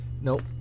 nope